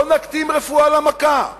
בואו ונקדים רפואה למכה.